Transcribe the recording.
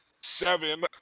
seven